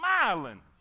smiling